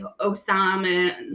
Osama